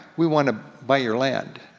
we wanna buy your land.